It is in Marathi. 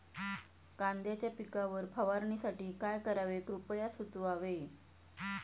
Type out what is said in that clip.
कांद्यांच्या पिकावर फवारणीसाठी काय करावे कृपया सुचवावे